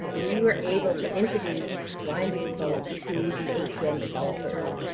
we were able to introduce blind people to the atm developers.